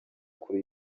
kure